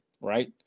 right